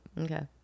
Okay